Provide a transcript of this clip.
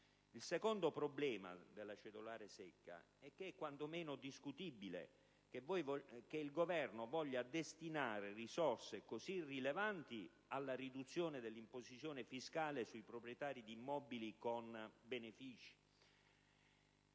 Il secondo problema della cedolare secca è rappresentato dal fatto che è quanto meno discutibile che il Governo voglia destinare risorse così rilevanti alla riduzione dell'imposizione fiscale sui proprietari di immobili, con benefici,